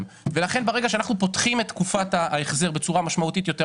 ברגע שאנחנו פותחים את תקופת ההחזר בצורה משמעותית יותר,